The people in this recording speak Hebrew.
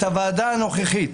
את הוועדה הנוכחית